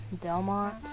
Delmont